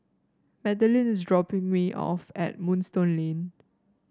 Madilyn is dropping me off at Moonstone Lane